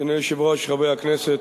אדוני היושב-ראש, חברי הכנסת,